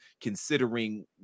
considering